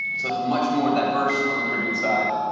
so it's much more diverse on the caribbean side.